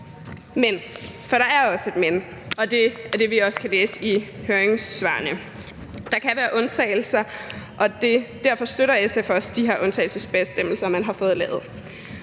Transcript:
der er også et men, og det er også det, vi kan læse i høringssvarene – der kan være undtagelser, og derfor støtter SF også de her undtagelsesbestemmelser, man har fået lavet.